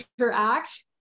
interact